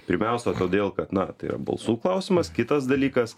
pirmiausia todėl kad na tai yra balsų klausimas kitas dalykas